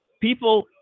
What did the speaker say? People